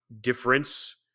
difference